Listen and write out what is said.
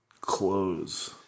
clothes